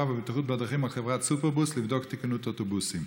והבטיחות בדרכים על חברת סופרבוס לבדוק את תקינות האוטובוסים.